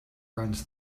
runs